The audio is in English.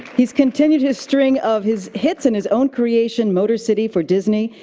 he's continued his string of his hits in his own creation, motor city, for disney.